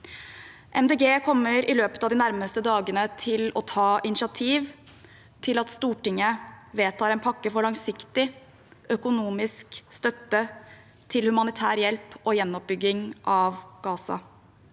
kommer i løpet av de nærmeste dagene til å ta initiativ til at Stortinget vedtar en pakke for langsiktig økonomisk støtte til humanitær hjelp og gjenoppbygging av Gaza.